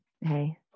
hey